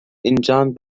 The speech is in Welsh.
injan